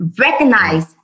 recognize